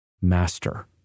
master